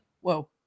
whoa